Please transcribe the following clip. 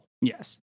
Yes